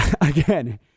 Again